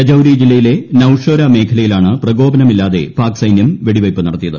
രജൌരി ജില്ലയിലെ നൌഷേര മേഖലയിലാണ് പ്രകോപനമില്ലാതെ പാക് സൈന്യം വെടിവയ്പ് നടത്തിയത്